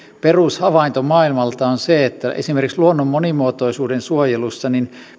perushavainto maailmalta on se että esimerkiksi luonnon monimuotoisuuden suojelussa